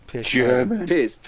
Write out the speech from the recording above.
German